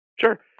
Sure